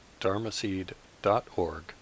dharmaseed.org